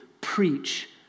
preach